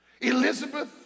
Elizabeth